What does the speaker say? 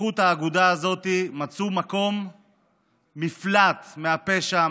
שבזכות האגודה הזאת מצאו מקום מפלט מהפשע,